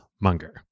Munger